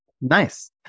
Nice